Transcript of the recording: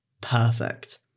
perfect